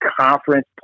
conference